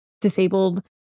disabled